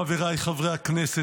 חבריי חברי הכנסת,